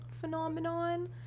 phenomenon